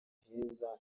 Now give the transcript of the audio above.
heza